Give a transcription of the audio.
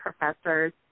professors